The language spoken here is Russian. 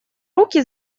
руки